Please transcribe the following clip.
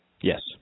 Yes